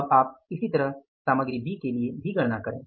अब आप इसी तरह सामग्री बी के लिए गणना करें